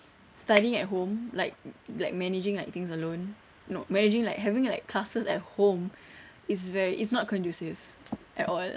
studying at home like like managing like things alone no managing like having like classes at home it's very it's not conducive at all